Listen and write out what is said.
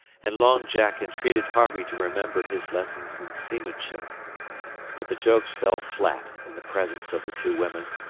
and long jack entreated harvey to remember his lessons in seamanship but the jokes fell flat in the presence of the two women,